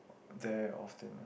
there often